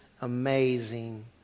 amazing